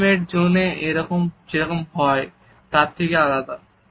ইনটিমেন্ট জোনে এগুলি যেরকম হয় তার থেকে আলাদা